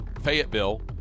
Fayetteville